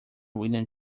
william